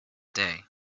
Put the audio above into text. day